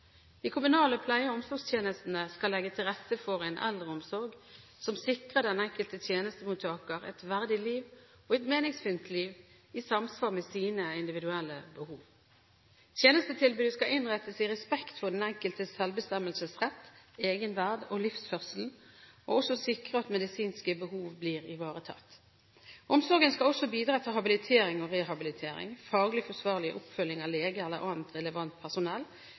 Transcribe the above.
De kommunale pleie- og omsorgstjenestene skal legge til rette for en eldreomsorg som sikrer den enkelte tjenestemottaker et verdig liv og et meningsfylt liv i samsvar med sine individuelle behov. Tjenestetilbudet skal innrettes i respekt for den enkeltes selvbestemmelsesrett, egenverd og livsførsel og også sikre at medisinske behov blir ivaretatt. Omsorgen skal også bidra til habilitering og rehabilitering, faglig forsvarlig oppfølging av lege eller annet relevant personell